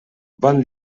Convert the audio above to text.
bon